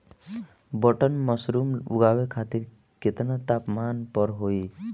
Button mushroom उगावे खातिर केतना तापमान पर होई?